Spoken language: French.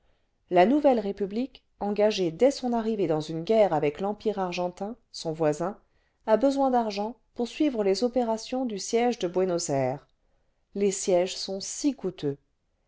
la nouvelle république engagée dès son arrivée dans une guerre avec l'empire argentin son voisin a besoin d'argent pour suivre les opérations du siège de buenos-ayres les sièges sont si coûteux